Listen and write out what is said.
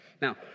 Now